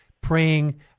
praying